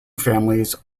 families